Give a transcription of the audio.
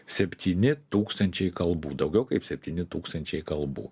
septyni tūkstančiai kalbų daugiau kaip septyni tūkstančiai kalbų